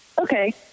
Okay